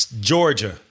Georgia